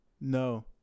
no